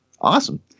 Awesome